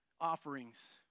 offerings